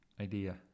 idea